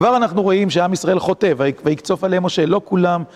כבר אנחנו רואים שעם ישראל חוטא ויקצוף עליהם משה, לא כולם...